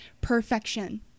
perfection